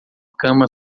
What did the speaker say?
cama